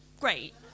great